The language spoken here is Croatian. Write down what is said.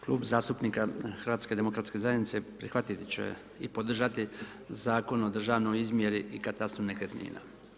Klub zastupnika HDZ-a prihvatiti će i podržati Zakon o državnoj izmjeri i katastru nekretnina.